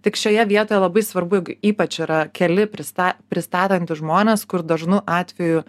tik šioje vietoje labai svarbu ypač yra keli prista pristatantys žmonės kur dažnu atveju